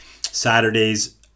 saturday's